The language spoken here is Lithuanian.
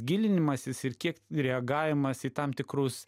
gilinimasis ir kiek reagavimas į tam tikrus